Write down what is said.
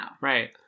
right